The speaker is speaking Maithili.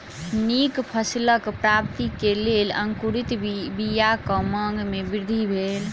नीक फसिलक प्राप्ति के लेल अंकुरित बीयाक मांग में वृद्धि भेल